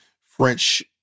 French